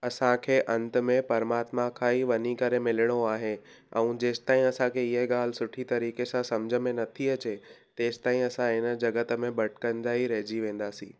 असांखे अंत में परमात्मा खां ई वञी करे मिलिणो आहे अऊं जेसिताईं असांखे हीअं ॻाल्हि सुठी तरीक़े सां सम्झ में नथी अचे तेसिताईं असां हिन जगत में भटिकंदा ई रहिजी वेंदासीं